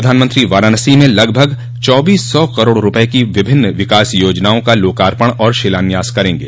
प्रधानमंत्री वाराणसी में लगभग चौबीस सौ करोड़ रूपये की विभिन्न विकास योजनाओं का लोकार्पण और शिलान्यास करेंगे